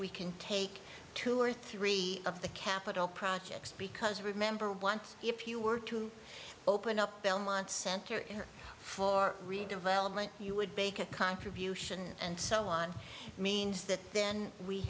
we can take two or three of the capital projects because remember once if you were to open up belmont center in for redevelopment you would make a contribution and so on means that then we